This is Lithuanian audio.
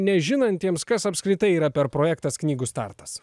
nežinantiems kas apskritai yra per projektas knygų startas